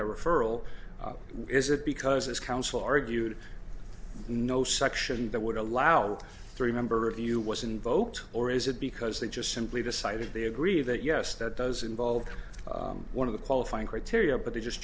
a referral is it because this council argued no section that would allow three member of you was invoked or is it because they just simply decided they agree that yes that does involve one of the qualifying criteria but they just